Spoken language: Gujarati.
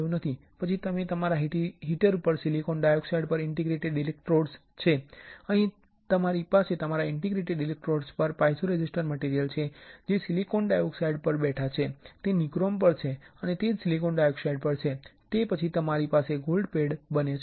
પછી તમે તમારા હીટર પર સિલિકોન ડાયોક્સાઇડ પર ઇન્ટરડિજીટેટેડ ઇલેક્ટ્રોડ્સ છે અહીં તમારી પાસે તમારા ઇન્ટરડિજીટેટેડ ઇલેક્ટ્રોડ્સ પર પાઇઝોરેઝિસ્ટીવ મટીરિયલ છે જે સિલિકોન ડાયોક્સાઇડ પર બેઠા છે જે નિક્રોમ પર છે અને જે સિલિકોન ડાયોક્સાઇડ પર છે તે પછી તમારી પાસે ગોલ્ડ પેડ છે